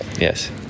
Yes